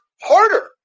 harder